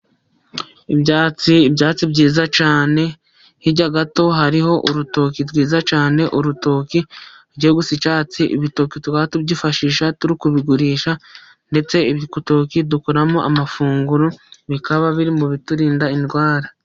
Ibyatsi, ibyatsi byiza cyane, hirya gato hariho urutoki rwiza cyane. Urutoki rugiye gusa icyatsi. Ibitoki tukaba tubyifashisha turi kubigurisha, ndetse ibitoki dukuramo amafunguro, bikaba biri mu biturinda indwara.